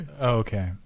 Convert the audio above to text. okay